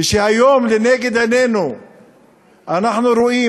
ושהיום לנגד עינינו אנחנו רואים,